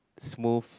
smooth